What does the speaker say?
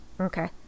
Okay